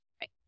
right